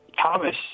Thomas